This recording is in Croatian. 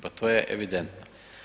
Pa to je evidentno.